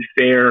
fair